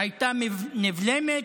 הייתה נבלמת,